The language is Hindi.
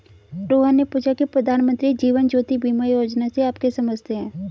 रोहन ने पूछा की प्रधानमंत्री जीवन ज्योति बीमा योजना से आप क्या समझते हैं?